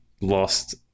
lost